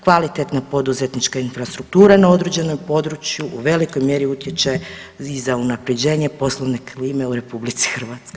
Kvalitetna poduzetnička infrastruktura na određenom području u velikoj mjeri utječe i za unaprjeđenje poslovne klime u RH.